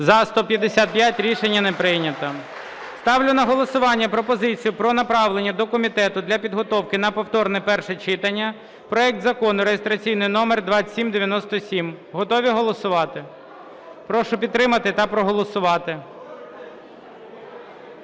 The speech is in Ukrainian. За-155 Рішення не прийнято. Ставлю на голосування пропозицію про направлення до комітету для підготовки на повторне перше читання проект Закону реєстраційний номер 2797. Готові голосувати? Прошу підтримати та проголосувати.